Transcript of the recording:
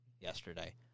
yesterday